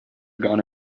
gone